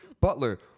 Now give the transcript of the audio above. Butler